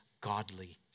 godly